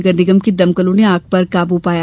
नगरनिगम की दमकलों ने आग पर काबू पाया